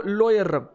lawyer